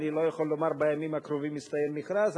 אני לא יכול לומר שבימים הקרובים יסתיים המכרז,